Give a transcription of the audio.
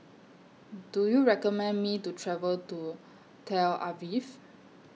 Do YOU recommend Me to travel to Tel Aviv